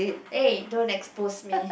eh don't expose me